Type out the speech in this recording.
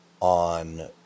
on